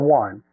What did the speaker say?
one